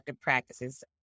practices